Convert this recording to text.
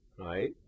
right